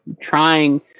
trying